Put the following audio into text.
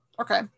Okay